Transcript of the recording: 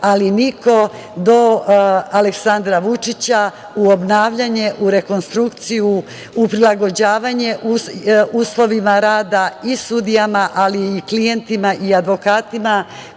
ali niko do Aleksandra Vučića u obnavljanje, u rekonstrukciju, u prilagođavanje uslovima rada i sudijama, ali i klijentima i advokatima